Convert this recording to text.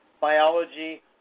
biology